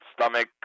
stomach